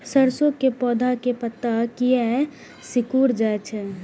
सरसों के पौधा के पत्ता किया सिकुड़ जाय छे?